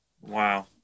Wow